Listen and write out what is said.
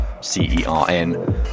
C-E-R-N